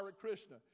Krishna